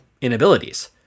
inabilities